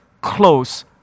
close